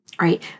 right